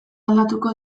aldatuko